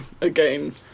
again